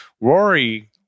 Rory